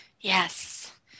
yes